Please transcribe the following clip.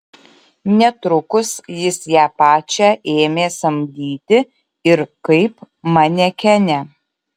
netrukus jis ją pačią ėmė samdyti ir kaip manekenę